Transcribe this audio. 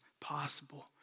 possible